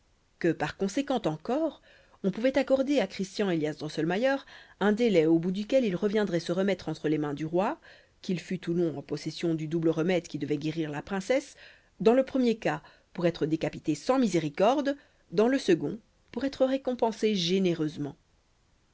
que par conséquent encore on pouvait accorder à christian élias drosselmayer un délai au bout duquel il reviendrait se remettre entre les mains du roi qu'il fût ou non possesseur du double remède qui devait guérir la princesse dans le premier cas pour être décapité sans miséricorde dans le second pour être récompensé généreusement